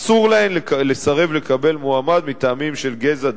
אסור להן לסרב לקבל מועמד מטעמים של גזע,